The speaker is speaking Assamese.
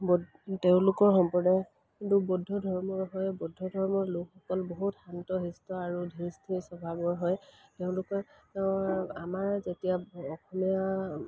তেওঁলোকৰ সম্প্ৰদায়টো বৌদ্ধ ধৰ্মৰ হয় বৌদ্ধ ধৰ্মৰ লোকসকল বহুত শান্তশিষ্ট আৰু ধীৰস্থিৰ স্বভাৱৰ হয় তেওঁলোকৰ আমাৰ যেতিয়া অসমীয়া